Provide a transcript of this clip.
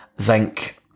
zinc